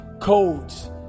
codes